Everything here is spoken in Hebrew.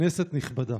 כנסת נכבדה".